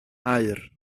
aur